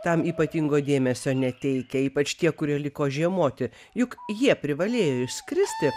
tam ypatingo dėmesio neteikia ypač tie kurie liko žiemoti juk jie privalėjo išskristi